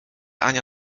ania